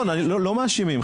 לא מאשימים.